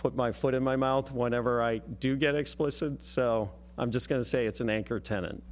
put my foot in my mouth whenever i do get explicit so i'm just going to say it's an anchor tenan